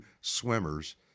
swimmers